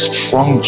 Strong